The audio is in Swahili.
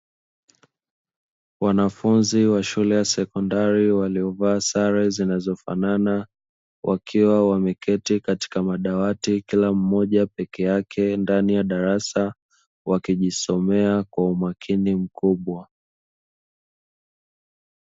Wanafunzi wa shule ya sekondari waliovaa sare zinazofanana, wakiwa wameketi katika madawati, kila mmoja peke yake ndani ya darasa wakijisomea kwa umakini mkubwa.